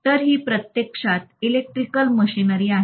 तर ही प्रत्यक्षात इलेक्ट्रिक मशीनरी आहे